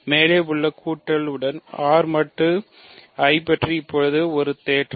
மேலே உள்ள கூட்டல் உடன் R மட்டு I பற்றி இப்போது ஒரு தேற்றம்